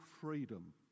freedom